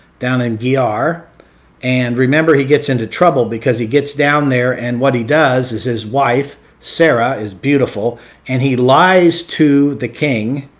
down and in gerar. and remember he gets into trouble because he gets down there and what he does is his wife sarah is beautiful and he lies to the king